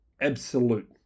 absolute